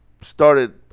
started